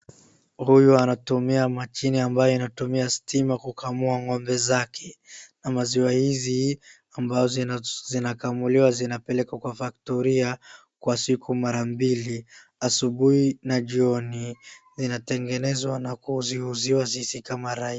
Huyu anatumia mashine ambayo inatumia stima kukamua ng'ombe zake na maziwa hizi ambazo zinakamuliwa zinapelekwa kwa factory kwa siku mara mbili asubuhi na jioni. Zinatengenezwa na kuziuziwa sisi kama...